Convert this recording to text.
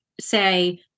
say